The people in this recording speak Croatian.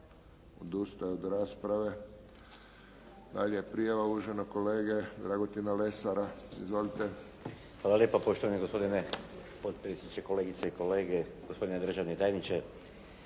Odustaje od rasprave. Dalje prijava uvaženog kolege Dragutina Lesara. Izvolite. **Lesar, Dragutin (Nezavisni)** Hvala lijepa poštovani gospodine potpredsjedniče, kolegice i kolege, gospodine državni tajniče.